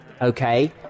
okay